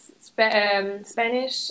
Spanish